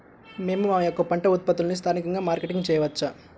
మేము మా యొక్క పంట ఉత్పత్తులని స్థానికంగా మార్కెటింగ్ చేయవచ్చా?